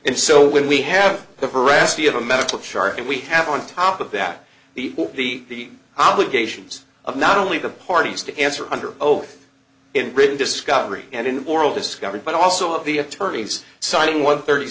and so when we have the veracity of a medical chart we have on top of that the the obligations of not only the parties to answer under oath in britain discovery and in moral discovered but also of the attorneys citing one thirty